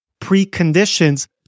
preconditions